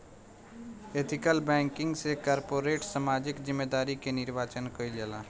ethical banking से corporate सामाजिक जिम्मेदारी के निर्वाचन कईल जाला